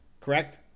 Correct